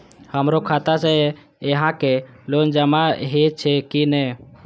हमरो खाता से यहां के लोन जमा हे छे की ने?